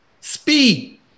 Speed